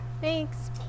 thanks